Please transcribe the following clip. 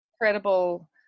incredible